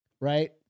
right